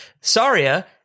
Saria